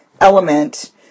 element